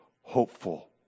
hopeful